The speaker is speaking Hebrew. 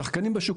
שחקנים בשוק,